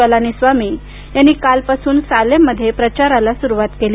पलानीस्वामी यांनी कालपासून सालेम मध्ये प्रचाराला सुरुवात केली